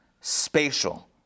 spatial